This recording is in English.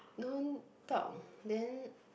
don't talk then